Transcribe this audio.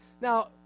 Now